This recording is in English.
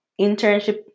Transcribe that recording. internship